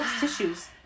tissues